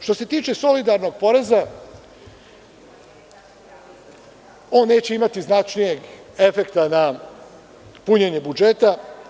Što se tiče solidarnog poreza, oni neće imati značajnijeg efekta na punjenje budžeta.